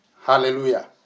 hallelujah